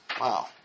Wow